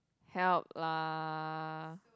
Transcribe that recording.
help lah